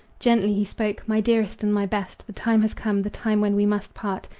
gently he spoke my dearest and my best, the time has come the time when we must part.